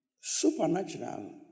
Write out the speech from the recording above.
Supernatural